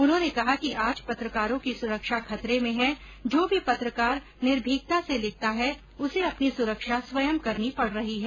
उन्होंने कहा कि आज पत्रकारों की सुरक्षा खतरे में है जो भी पत्रकार निर्भीक्ता से लिखता है उसे अपनी सुरक्षा स्वयं करनी पड़ रही है